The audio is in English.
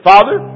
Father